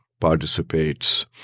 participates